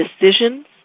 decisions